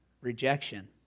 rejection